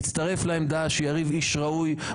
יצטרף לעמדה שיריב איש ראוי,